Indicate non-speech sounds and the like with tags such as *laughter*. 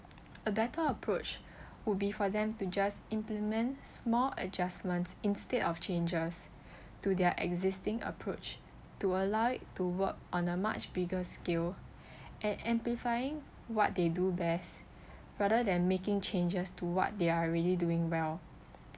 a better approach would be for them to just implement small adjustments instead of changes to their existing approach to allow to work on a much bigger scale *breath* and amplifying what they do best rather than making changes to what they are really doing well